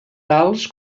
tals